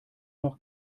noch